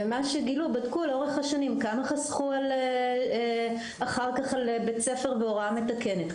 גילו לאורך השנים כמה חסכו על בתי ספר בהוראה מתקנת,